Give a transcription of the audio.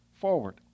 forward